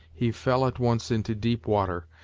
he fell at once into deep water,